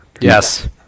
Yes